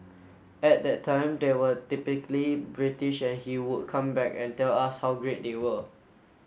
at that time they were typically British and he would come back and tell us how great they were